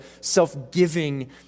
self-giving